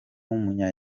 w’umunya